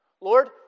Lord